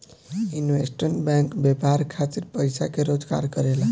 investment bank व्यापार खातिर पइसा के जोगार करेला